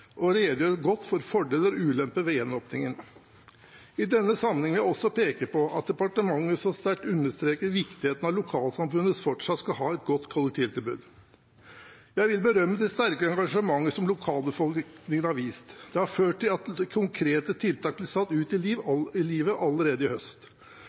og redegjør godt for fordeler og ulemper ved gjenåpningen. I denne sammenheng vil jeg også peke på at departementet så sterkt understreker viktigheten av at lokalsamfunnet fortsatt skal ha et godt kollektivtilbud. Jeg vil berømme det sterke engasjementet som lokalbefolkningen har vist. Det har ført til at konkrete tiltak blir satt ut i livet allerede i høst.